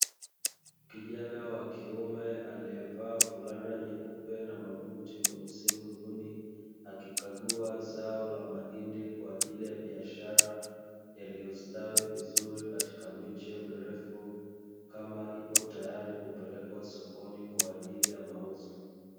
Kijana wa kiume aliye vaa fulana nyeupe na mabuti meusi mguuni, akikagua zao la mahindi kwa ajili ya biashara; yaliyostawi vizuri katika miche mirefu, kama ipo tayari kupelekwa sokoni kwa ajili ya mauzo.